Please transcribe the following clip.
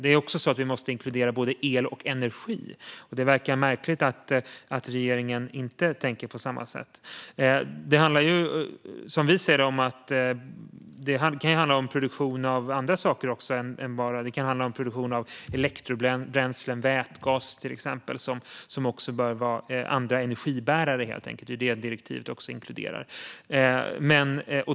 Vi måste också inkludera både el och energi. Det verkar märkligt att regeringen inte tänker på samma sätt. Det kan också handla om produktion av andra saker. Det kan handla om produktion av elektrobränslen, till exempel vätgas, som också bör vara andra energibärare. Det inkluderar också direktivet.